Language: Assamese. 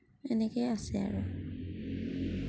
এনেকেই আছে আৰু